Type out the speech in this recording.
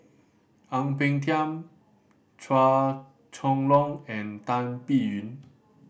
Ang Peng Tiam Chua Chong Long and Tan Biyun